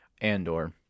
Andor